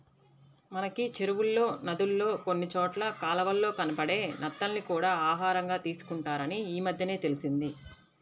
మనకి చెరువుల్లో, నదుల్లో కొన్ని చోట్ల కాలవల్లో కనబడే నత్తల్ని కూడా ఆహారంగా తీసుకుంటారని ఈమద్దెనే తెలిసింది